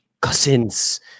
cousins